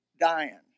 dying